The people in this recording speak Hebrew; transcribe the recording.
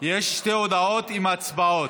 יש שתי הודעות עם הצבעות.